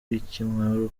ikimwaro